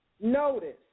Notice